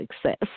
success